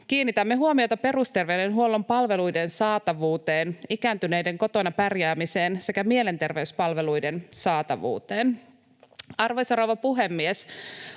kiinnitämme huomiota perusterveydenhuollon palveluiden saatavuuteen, ikääntyneiden kotona pärjäämiseen sekä mielenterveyspalveluiden saatavuuteen. Arvoisa rouva puhemies!